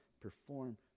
perform